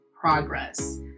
progress